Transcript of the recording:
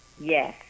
yes